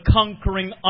conquering